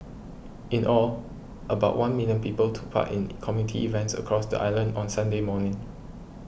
in all about one million people took part in community events across the island on Sunday morning